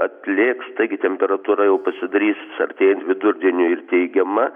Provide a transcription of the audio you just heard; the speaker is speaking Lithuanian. atlėgs taigi temperatūra jau pasidarys artėjant vidurdieniui ir teigiama